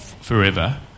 forever